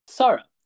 Sarah